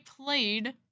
played